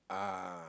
uh